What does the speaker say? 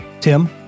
Tim